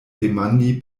demandi